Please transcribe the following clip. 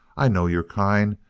i know your kind.